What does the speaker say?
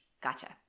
Gotcha